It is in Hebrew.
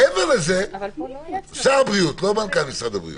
מעבר לזה, שר הבריאות, לא מנכ"ל משרד הבריאות.